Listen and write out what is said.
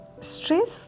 stress